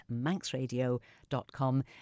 manxradio.com